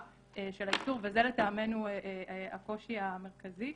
של האיסור וזה לטעמנו הקושי המרכזי.